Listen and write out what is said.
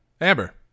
Amber